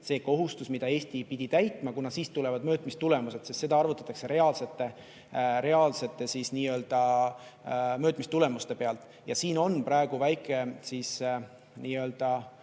see kohustus, mida Eesti pidi täitma, kuna siis tulevad mõõtmistulemused, sest seda arvutatakse reaalsete mõõtmistulemuste pealt. Ja siin on meil praegu väike usk, et